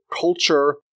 culture